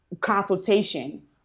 consultation